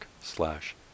slash